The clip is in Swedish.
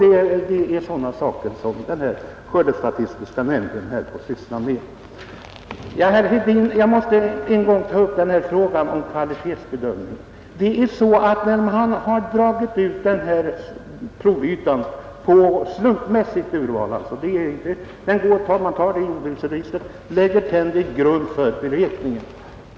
Det är sådana saker som den skördestatistiska nämnden får ta upp. Jag måste ännu en gång beröra frågan om kvalitetsbedömningen, herr Hedin. Det är så att man har tagit ut provytan genom slumpmässigt urval och lagt den till grund för beräkningen.